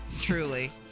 Truly